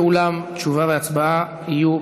אולם תשובה והצבעה יהיו,